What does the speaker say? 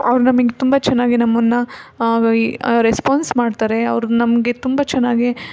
ಅವ್ರು ನಮಗೆ ತುಂಬ ಚೆನ್ನಾಗಿ ನಮ್ಮನ್ನ ರೆಸ್ಪಾನ್ಸ್ ಮಾಡ್ತಾರೆ ಅವರು ನಮಗೆ ತುಂಬ ಚೆನ್ನಾಗಿ